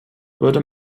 würde